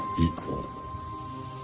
equal